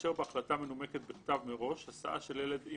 לאשר בהחלטה מנומקת בכתב מראש הסעה של ילד עם